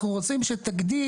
אנחנו רוצים שתגדיל,